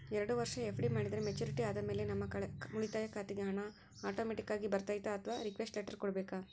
ಎರಡು ವರುಷ ಎಫ್.ಡಿ ಮಾಡಿದರೆ ಮೆಚ್ಯೂರಿಟಿ ಆದಮೇಲೆ ನಮ್ಮ ಉಳಿತಾಯ ಖಾತೆಗೆ ಹಣ ಆಟೋಮ್ಯಾಟಿಕ್ ಆಗಿ ಬರ್ತೈತಾ ಅಥವಾ ರಿಕ್ವೆಸ್ಟ್ ಲೆಟರ್ ಕೊಡಬೇಕಾ?